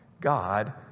God